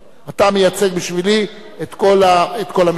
אתה מייצג בשבילי את כל המסתייגים.